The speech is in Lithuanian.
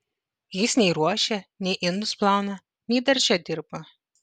jis nei ruošia nei indus plauna nei darže dirba